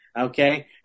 okay